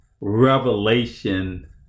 revelation